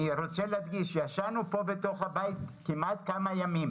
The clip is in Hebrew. אני רוצה להדגיש שישנו כאן בתוך הבית כמעט כמה ימים